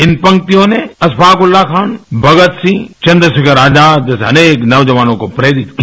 इन पंक्रियों ने अश्रफाक उल्ला खां मगत सिंह चंद्ररोखर आजाद जैसे अनेक नौजवानों को प्रेरित किया